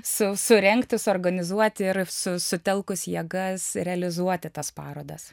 susurengti suorganizuoti ir susutelkus jėgas realizuoti tas parodas